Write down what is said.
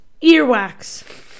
Earwax